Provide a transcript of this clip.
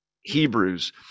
Hebrews